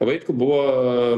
vaitkų buvo